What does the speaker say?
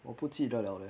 我不记得了 leh